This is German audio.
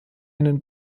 einen